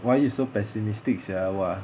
why you so pessimistic sia !wah!